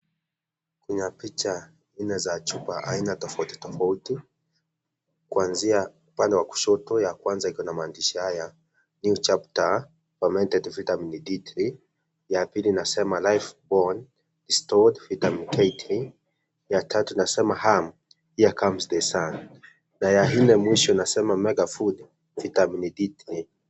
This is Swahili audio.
Kuna picha nne za chupa aina tofautitofauti, kuanzia upande wa kushoto ya kwanza iko na maandishi haya:(cs)New Chapter, Fermented Vitamin D3(cs),ya pili inasema (cs)Life Bone restored vitamin K3(cs),ya tatu inasema (cs)HUM here comes the sun(cs) na ya nne mwisho inasema (cs)Megafood Vitamin D3(cs)